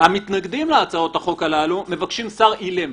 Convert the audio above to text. המתנגדים להצעות החוק הללו מבקשי שר אילם.